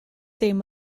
dim